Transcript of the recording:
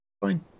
Fine